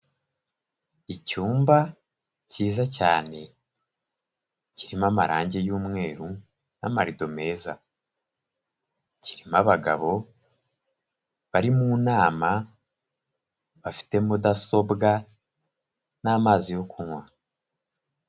Icyumba cyiza cyane, kirimo amarangi y'umweru n'amarido meza, kirimo abagabo bari mu nama bafite mudasobwa n'amazi yo kunywa.